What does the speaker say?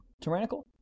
Tyrannical